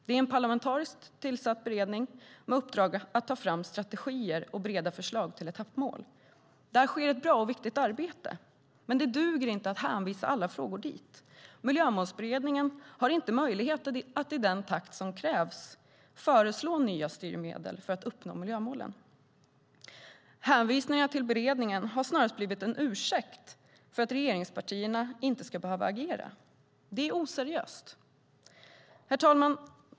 Det är en parlamentariskt tillsatt beredning med uppdrag att ta fram strategier och bereda förslag till etappmål. Där sker ett bra och viktigt arbete, men det duger inte att hänvisa alla frågor dit. Miljömålsberedningen har inte möjlighet att i den takt som krävs föreslå nya styrmedel för att uppnå miljömålen. Hänvisningarna till beredningen har snarast blivit en ursäkt för att regeringspartierna inte ska behöva agera. Det är oseriöst. Herr talman!